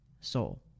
soul